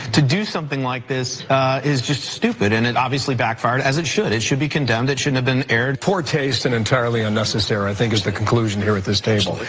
to do something like this is just stupid and it obviously backfired as it should. it should be condemned. it shouldn't have been aired. poor taste and entirely unnecessary, i think is the conclusion here at this table.